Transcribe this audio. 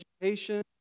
Education